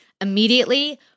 immediately